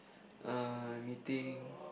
uh meeting